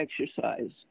exercise